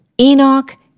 Enoch